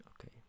okay